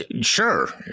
Sure